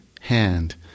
hand